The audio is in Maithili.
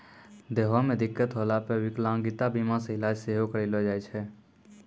देहो मे दिक्कत होला पे विकलांगता बीमा से इलाज सेहो करैलो जाय छै